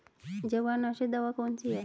जवार नाशक दवा कौन सी है?